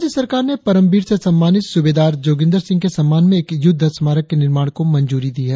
राज्य सरकार ने परमवीर से सम्मानित सुवेदार जोगिंदर सिंह के सम्मान में एक युद्ध स्मारक के निर्माण को मंजूरी दी है